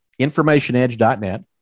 informationedge.net